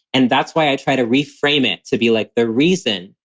and that's why i try to reframe it, to be like the reason,